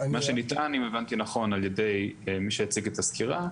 מה שנטען אם הבנתי נכון על-ידי מי שהציג את הסקירה,